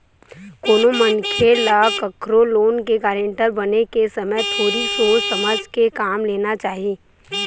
कोनो मनखे ल कखरो लोन के गारेंटर बने के समे थोरिक सोच समझ के काम लेना चाही